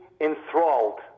enthralled